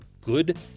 good